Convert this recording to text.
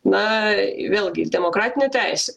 na vėlgi demokratinė teisė